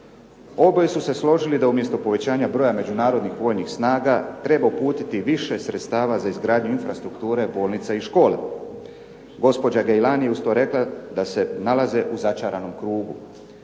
Oboje su se složili da umjesto povećanja broja međunarodnih vojnih snaga treba uputiti više sredstava za izgradnju infrastrukture, bolnica i škole. Gospođa Gailani je uz to rekla da se nalaze u začaranom krugu.